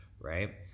Right